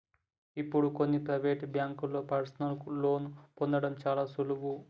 ఇప్పుడు కొన్ని ప్రవేటు బ్యేంకుల్లో పర్సనల్ లోన్ని పొందడం చాలా సులువు